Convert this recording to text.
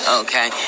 okay